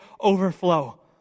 overflow